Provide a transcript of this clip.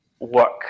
work